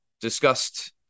discussed